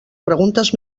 preguntes